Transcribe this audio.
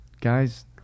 Guys